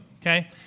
Okay